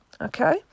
Okay